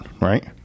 Right